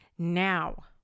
Now